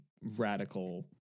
radical